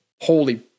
holy